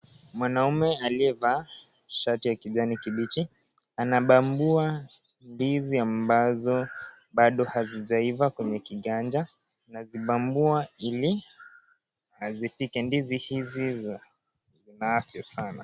Mwanaume aliyevaa shati ya kijani kibichi, anabambua ndizi ambazo bado hazijaiva kwenye kiganja. Anazibambua ili azipike. Ndizi hizi zina afya sana.